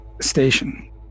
station